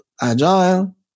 agile